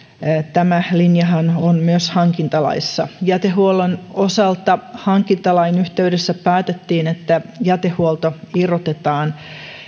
tämä linjahan on myös hankintalaissa jätehuollon osalta hankintalain yhteydessä päätettiin että jätehuolto irrotetaan